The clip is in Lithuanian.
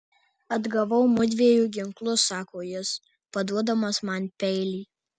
atgavau mudviejų ginklus sako jis paduodamas man peilį